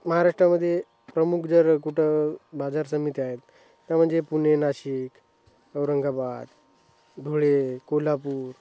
महाराष्ट्रामदे प्रमुख जर कुठं बाजार समित्या आहेत त्या म्हणजे पुणे नाशिक औरंगाबाद धुळे कोल्हापूर